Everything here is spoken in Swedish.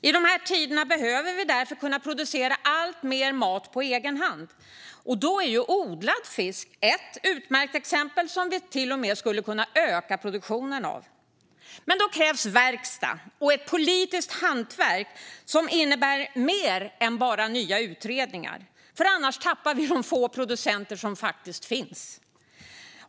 I dessa tider behöver vi därför kunna producera alltmer mat på egen hand, och då är odlad fisk ett utmärkt exempel på sådant som vi skulle kunna öka produktionen av. Men då krävs verkstad och ett politiskt hantverk som innebär mer än bara nya utredningar, för annars tappar vi de få producenter som faktiskt finns.